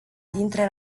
dintre